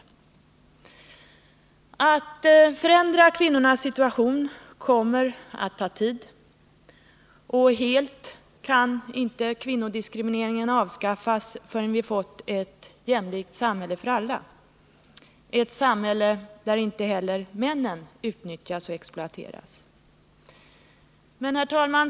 Att förändra kvinnornas situation kommer att ta tid, och helt kan inte kvinnodiskrimineringen avskaffas förrän vi fått ett jämlikt samhälle för alla — ett samhälle där inte heller männen utnyttjas och exploateras.